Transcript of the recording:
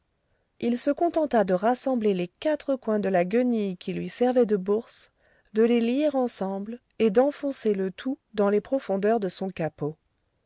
il se contenta de rassembler les quatre coins de la guenille qui lui servait de bourse de les lier ensemble et d'enfoncer le tout dans les profondeurs de son capot